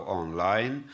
online